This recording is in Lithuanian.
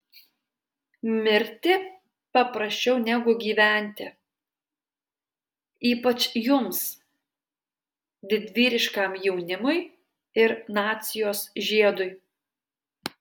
mirti paprasčiau negu gyventi ypač jums didvyriškam jaunimui ir nacijos žiedui